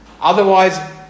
Otherwise